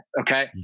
Okay